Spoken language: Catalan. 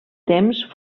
temps